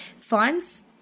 finds